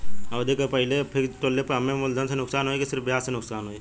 अवधि के पहिले फिक्स तोड़ले पर हम्मे मुलधन से नुकसान होयी की सिर्फ ब्याज से नुकसान होयी?